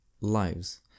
lives